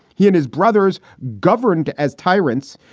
he and his brothers governed as tyrants.